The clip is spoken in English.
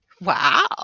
Wow